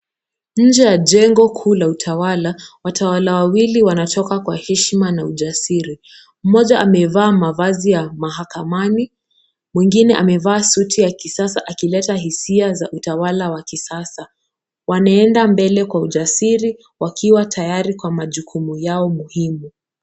Nje ya jengo kuu la utawala, watawala wawili wanatoka kwa heshima na ujasiri. Mmoja amevaa mavazi ya mahakamani, mwingine amevaa suti ya kisasa akileta hisia za utawala wa kisasa. Wanaenda mbele kwa ujasiri wakiwa tayari kwa majukumu yao muhimu.